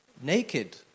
naked